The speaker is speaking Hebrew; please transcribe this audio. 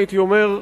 הייתי אומר,